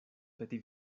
peti